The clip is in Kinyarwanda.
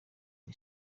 iyo